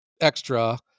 extra